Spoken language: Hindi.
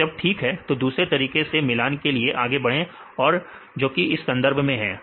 जब सब ठीक रहे तो दूसरे तरीकों से मिलान के लिए आगे बढ़े जो कि इस संदर्भ में है